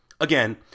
Again